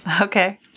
Okay